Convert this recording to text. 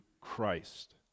Christ